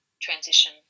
transition